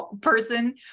person